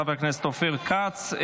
חבר הכנסת אופיר כץ.